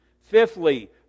Fifthly